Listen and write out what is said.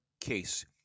case